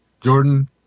Jordan